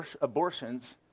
abortions